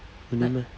really meh